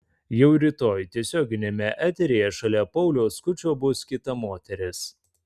jau rytoj tiesioginiame eteryje šalia pauliaus skučo bus kita moteris